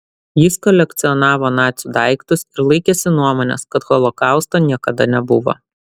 jis kolekcionavo nacių daiktus ir laikėsi nuomonės kad holokausto niekada nebuvo